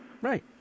Right